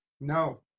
No